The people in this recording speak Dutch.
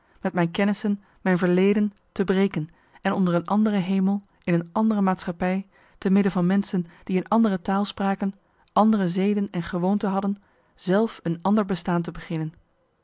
met mijn kennissen mijn verleden te breken en onder een andere hemel in een andere maatschappij te midden van menschen die een andere taal spraken andere zeden en gewoonten hadden zelf een ander bestaan te beginnen